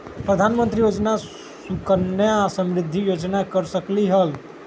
प्रधानमंत्री योजना सुकन्या समृद्धि योजना कर सकलीहल?